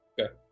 Okay